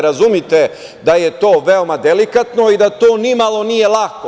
Razumite da je to veoma delikatno i da to nimalo nije lako.